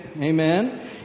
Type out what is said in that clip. Amen